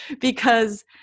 because-